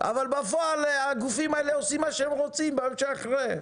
אבל בפועל הגופים האלה עושים מה שהם רוצים ביום שאחרי.